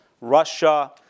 Russia